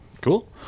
Cool